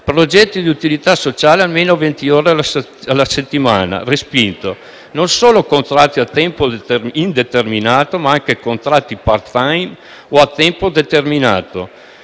progetti di utilità sociale almeno venti ore alla settimana: respinto; non solo contratti a tempo indeterminato, ma anche contratti *part*-*time* o a tempo determinato,